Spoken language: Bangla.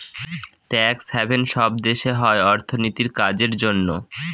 ট্যাক্স হ্যাভেন সব দেশে হয় অর্থনীতির কাজের জন্য